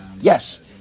Yes